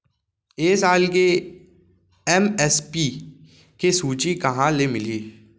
ए साल के एम.एस.पी के सूची कहाँ ले मिलही?